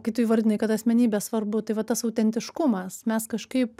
kai tu įvardinai kad asmenybė svarbu tai va tas autentiškumas mes kažkaip